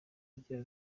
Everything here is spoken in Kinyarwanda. agira